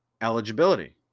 eligibility